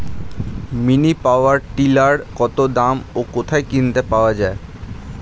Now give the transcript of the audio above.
Mini power tiller কত দাম ও কোথায় কিনতে পাওয়া যায়?